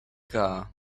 car